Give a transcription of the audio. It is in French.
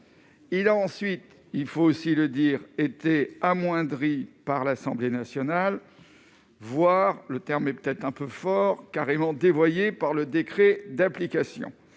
été amoindri, il faut aussi le dire, par l'Assemblée nationale, voire- le terme est peut-être un peu fort -carrément dévoyé par le décret d'application,